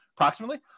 approximately